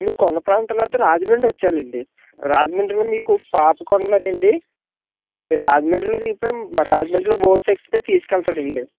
మీకు కొండ ప్రాంతాలు అయితే రాజమండ్రి వచ్చేయాలండి రాజమండ్రిలో మీకు పాపి కొండలు అనండి రాజమండ్రిలో దిగితే రాజమండ్రిలో బోట్స్ ఎక్కితే తీసుకెళ్తాడండి